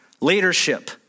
leadership